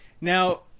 Now